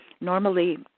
normally